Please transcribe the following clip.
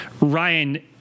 Ryan